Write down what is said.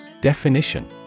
Definition